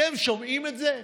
אתם שומעים את זה?